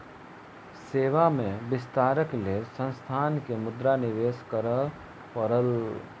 सेवा में विस्तारक लेल संस्थान के मुद्रा निवेश करअ पड़ल